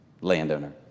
landowner